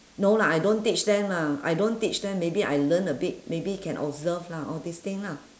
no lah I don't teach them lah I don't teach them maybe I learn a bit maybe can observe lah all these thing lah